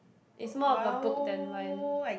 is more of a book than mine